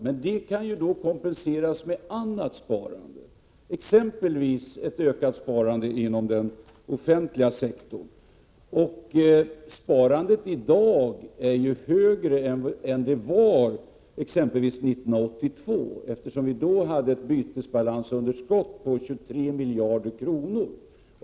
Detta kan dock kompenseras med annat sparande, exempelvis ett ökat sparande inom den offentliga sektorn. Sparandet är i dag högre än det var exempelvis 1982, eftersom vi då hade ett bytesbalansunderskott på 23 miljarder kronor.